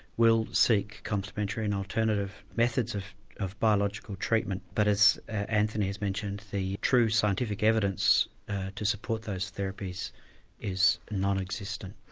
will seek complementary and alternative methods of of biological treatment, but as anthony has mentioned, the true scientific evidence to support those therapies is non-existent.